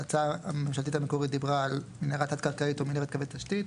ההצעה הממשלתית המקורית דיברה על מנהרה תת קרקעית או מנהרת קווי תשתית.